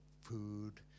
food